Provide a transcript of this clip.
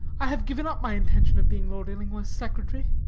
i have given up my intention of being lord illingworth's secretary.